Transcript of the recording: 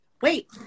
Wait